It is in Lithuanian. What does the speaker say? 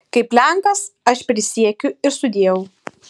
kaip lenkas aš prisiekiu ir sudieu